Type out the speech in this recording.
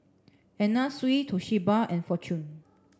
Anna Sui Toshiba and Fortune